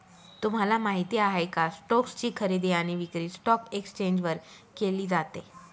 तुम्हाला माहिती आहे का? स्टोक्स ची खरेदी आणि विक्री स्टॉक एक्सचेंज वर केली जाते